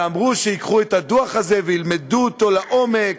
ואמרו שייקחו את הדוח הזה וילמדו אותו לעומק,